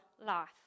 life